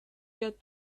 get